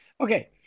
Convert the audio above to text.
Okay